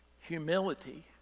humility